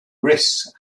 risks